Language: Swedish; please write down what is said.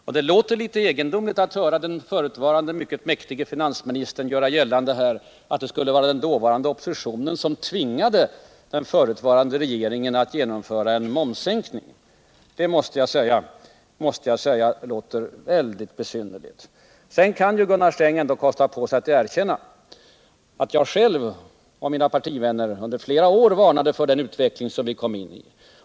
Och det låter litet egendomligt att höra den förutvarande mycket mäktige finansministern göra gällande att det skulle vara den dåvarande oppositionen som tvingade den förutvarande regeringen att genomföra en momssänkning. Och jag tycker också att Gunnar Sträng borde kunna kosta på sig att erkänna att jag själv och mina partivänner under flera år varnade för den utveckling som vi kom in i.